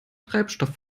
treibstoff